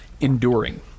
enduring